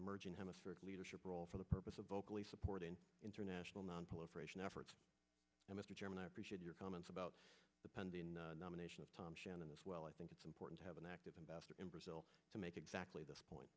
emerging hemispheric leadership role for the purpose of vocally supporting international nonproliferation efforts and mr chairman i appreciate your comments about the pending nomination of tom shannon as well i think it's important to have an active investor in brazil to make exactly this point